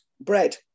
bread